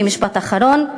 ומשפט אחרון,